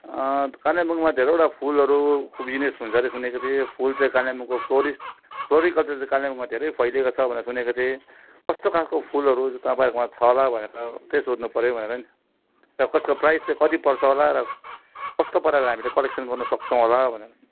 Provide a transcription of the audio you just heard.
कालिम्पोङमा धेरैवटा फुलहरूको बिजनेस हुन्छ अरे सुनेको थिएँ फुल चाहिँ कालिम्पोङको फ्लोरिस्ट फ्लोरिकलचर चाहिँ कालिम्पोङमा धेरै फैलिएको छ भनेर सुनेको थिएँ कस्तो खालको फुलहरू तपाईँहरूकोमा छ होला भनेर त्यही सोध्नुपऱ्यो भनेर नि क कसको प्राइस चाहिँ कति पर्छ होला र कस्तो पाराले हामीले कलेक्सन गर्नुसक्छौँ होला भनेर नि